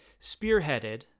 spearheaded